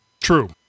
True